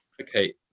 okay